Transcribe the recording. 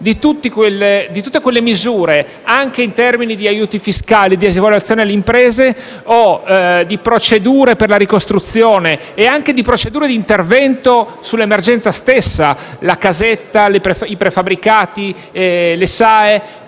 di tutti quelle misure, anche in termini di aiuti fiscali e di agevolazione alle imprese o di procedure per la ricostruzione, e anche di procedure di intervento sull' emergenza stessa. La casetta, i prefabbricati, le SAE: